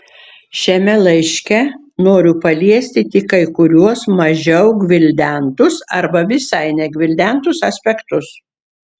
šiame laiške noriu paliesti tik kai kuriuos mažiau gvildentus arba visai negvildentus aspektus